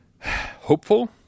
hopeful